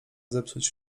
zepsuć